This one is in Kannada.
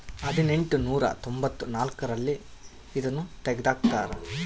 ಹದಿನೆಂಟನೂರ ತೊಂಭತ್ತ ನಾಲ್ಕ್ ರಲ್ಲಿ ಇದುನ ತೆಗ್ದಾರ ಅಂತ